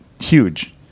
huge